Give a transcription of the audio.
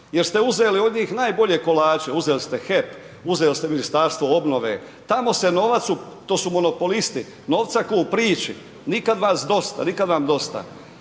jer ste od njih uzeli najbolje kolače, uzeli ste HEP, uzeli ste Ministarstvo obnove, to su monopolisti, novca ko u priči, nikad vam dosta.